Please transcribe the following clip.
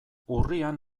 urrian